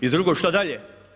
I drugo, šta dalje?